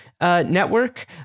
network